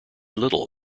little